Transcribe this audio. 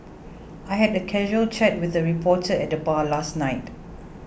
I had a casual chat with a reporter at the bar last night